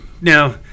Now